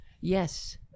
Yes